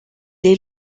est